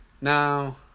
Now